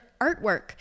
artwork